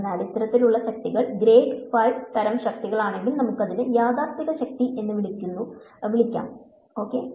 അതിനാൽ ഇത്തരത്തിലുള്ള ശക്തികൾ ഗ്രേഡ് ഫൈതരം ശക്തികളാണെങ്കിൽ നമ്മൾ ഇതിനെ യാഥാസ്ഥിതിക ശക്തി എന്ന് വിളിക്കുന്നു ok